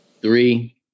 three